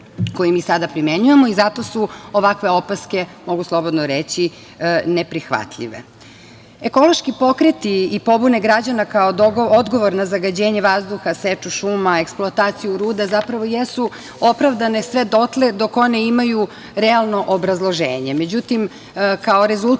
koji mi sada primenjujemo. Zato su ovakve opaske, mogu slobodno reći, neprihvatljive. Ekološki pokreti i pobune građana kao odgovor na zagađenje vazduha, seču šuma, eksploataciju ruda, zapravo jesu opravdane sve dotle dok one imaju realno obrazloženje.